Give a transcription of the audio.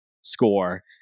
score